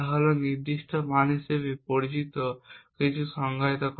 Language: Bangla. তা হল নিয়ন্ত্রণ মান হিসাবে পরিচিত কিছু সংজ্ঞায়িত করা